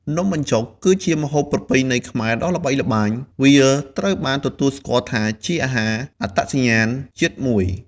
នំបញ្ចុក គឺជាម្ហូបប្រពៃណីខ្មែរដ៏ល្បីល្បាញ វាត្រូវបានទទួលស្គាល់ថាជាអាហារអត្តសញ្ញាណជាតិមួយ។